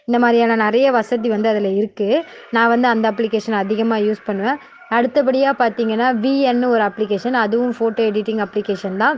இந்த மாதிரியான நிறைய வசதி வந்து அதில் இருக்குது நான் வந்து அந்த அப்ளிக்கேஷன் அதிகமாக யூஸ் பண்ணுவேன் அடுத்தபடியாக பார்த்தீங்கன்னா விஎன்னு ஒரு அப்ளிக்கேஷன் அதுவும் ஃபோட்டோ எடிட்டிங் அப்ளிக்கேஷன் தான்